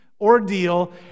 ordeal